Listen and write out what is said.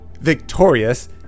Victorious